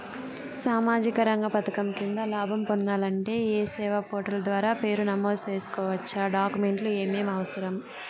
సామాజిక రంగ పథకం కింద లాభం పొందాలంటే ఈ సేవా పోర్టల్ ద్వారా పేరు నమోదు సేసుకోవచ్చా? డాక్యుమెంట్లు ఏమేమి అవసరం?